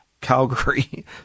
Calgary